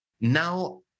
Now